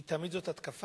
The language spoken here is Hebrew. היא תמיד התקפה?